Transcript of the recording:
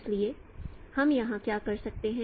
इसलिए हम यहां क्या कर सकते हैं